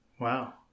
Wow